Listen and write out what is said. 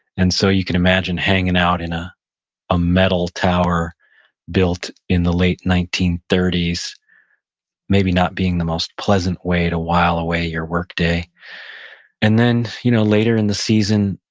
and so you can imagine hanging out in ah a metal tower built in the late nineteen thirty s maybe not being the most pleasant way to while away your work day and then, you know later in the season,